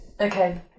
Okay